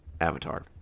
Avatar